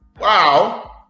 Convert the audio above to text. wow